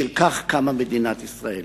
בשל כך קמה מדינת ישראל.